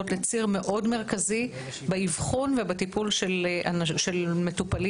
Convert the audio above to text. ציר מרכזי מאוד באבחון ובטיפול של מטופלים.